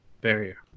barrier